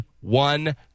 one